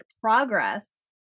progress